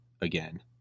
again